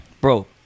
bro